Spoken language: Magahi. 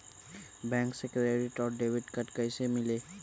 बैंक से क्रेडिट और डेबिट कार्ड कैसी मिलेला?